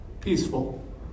Peaceful